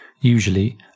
usually